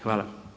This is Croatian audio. Hvala.